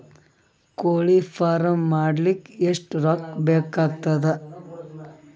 ಕೋಳಿ ಫಾರ್ಮ್ ಮಾಡಲಿಕ್ಕ ಎಷ್ಟು ರೊಕ್ಕಾ ಬೇಕಾಗತದ?